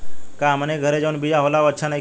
का हमनी के घरे जवन बिया होला उ अच्छा नईखे?